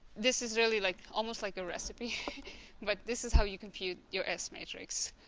this is really like almost like a recipe but this is how you compute your s matrix